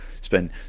Spend